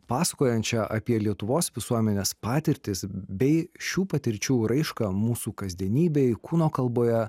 pasakojančią apie lietuvos visuomenės patirtis bei šių patirčių raišką mūsų kasdienybėj kūno kalboje